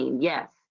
Yes